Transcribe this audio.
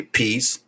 peace